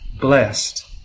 blessed